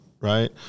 Right